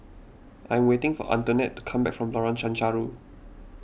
I am waiting for Antoinette to come back from Lorong Chencharu